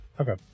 Okay